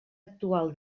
actual